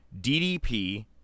DDP